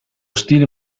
stile